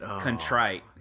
contrite